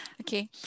Okay